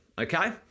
okay